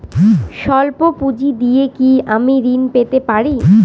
সল্প পুঁজি দিয়ে কি আমি ঋণ পেতে পারি?